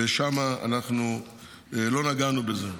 ושם לא נגענו בזה.